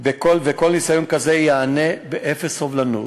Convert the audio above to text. ושכל ניסיון כזה ייענה באפס סובלנות.